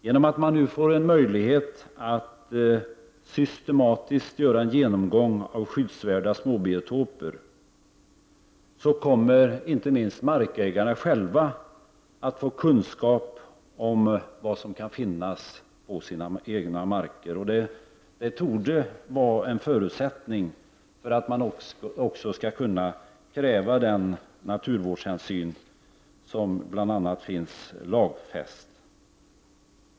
Genom att man nu får en möjlighet att systematiskt göra en genomgång av skyddsvärda småbiotoper, kommer inte minst markägarna själva att få kunskap om vad som kan finnas på deras marker. Detta torde vara en förutsättning för att man också skall kunna kräva den naturhänsyn som bl.a. finns lagfäst.